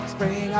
Spring